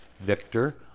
Victor